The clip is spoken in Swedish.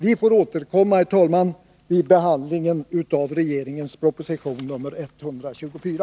Vi får återkomma, herr talman, vid behandlingen av regeringens proposition nr 124.